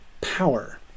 power